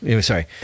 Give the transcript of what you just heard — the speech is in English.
Sorry